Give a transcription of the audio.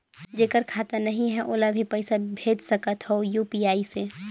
जेकर खाता नहीं है ओला भी पइसा भेज सकत हो यू.पी.आई से?